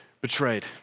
betrayed